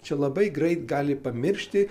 čia labai greit gali pamiršti